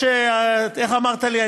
איך אמרת לי?